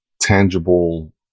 tangible